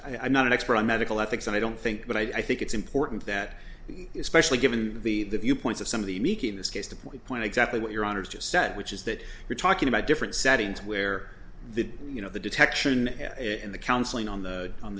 know i'm not an expert on medical ethics and i don't think but i think it's important that especially given the viewpoints of some of the meek in this case the point point exactly what your honour's just said which is that we're talking about different settings where the you know the detection and the counseling on the on